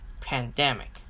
pandemic